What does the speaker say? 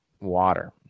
water